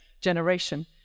generation